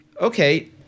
Okay